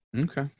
Okay